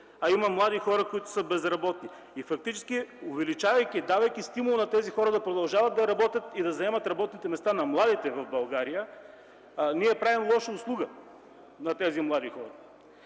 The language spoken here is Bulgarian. а има млади хора, които са безработни. Фактически, давайки стимул на тези хора да продължават да работят и да вземат работните места на младите в България, ние правим лоша услуга на тези млади хора.